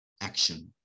action